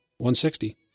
160